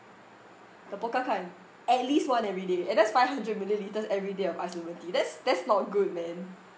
the pokka can at least one every day and that's five hundred millimetres every day of ice lemon tea that's that's not good man